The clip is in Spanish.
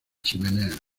chimeneas